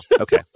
Okay